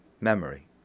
memory